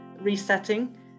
resetting